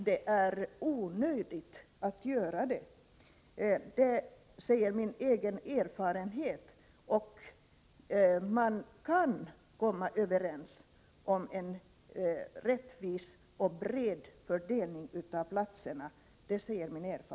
Det säger mig min erfarenhet, och den säger även att man kan komma överens om en rättvis och bred fördelning av platserna.